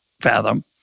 fathom